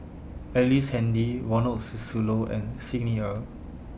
Ellice Handy Ronald Susilo and Xi Ni Er